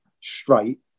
straight